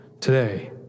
today